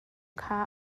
kha